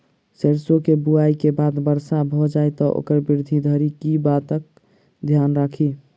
सैरसो केँ बुआई केँ बाद वर्षा भऽ जाय तऽ ओकर वृद्धि धरि की बातक ध्यान राखि?